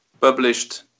published